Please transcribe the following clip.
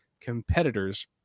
competitors